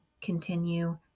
continue